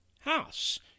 house